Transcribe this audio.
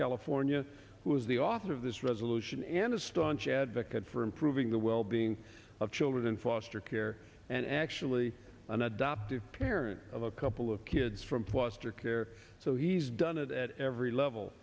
california who is the author of this resolution and a staunch advocate for improving the wellbeing of children in foster care and actually an adoptive parent of a couple of kids from fluster care so he's done it at every level